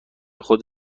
خود